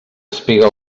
espiga